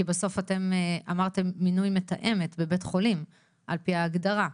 כי בסוף אתם אמרתם "..מינוי מתאמת בבית החולים.." על פי ההגדרה.